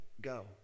go